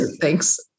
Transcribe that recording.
thanks